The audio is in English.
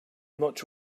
much